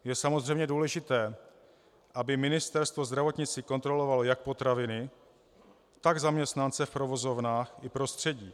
Je samozřejmě důležité, aby Ministerstvo zdravotnictví kontrolovalo jak potraviny, tak zaměstnance v provozovnách i prostředí.